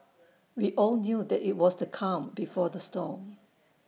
we all knew that IT was the calm before the storm